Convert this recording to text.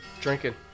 Drinking